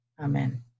Amen